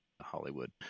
Hollywood